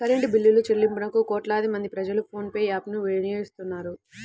current బిల్లులుచెల్లింపులకు కోట్లాది మంది ప్రజలు ఫోన్ పే యాప్ ను వినియోగిస్తున్నారు